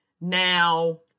Now